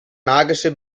magische